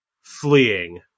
fleeing